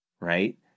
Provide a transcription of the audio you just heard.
right